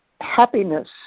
happiness